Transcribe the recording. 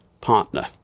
partner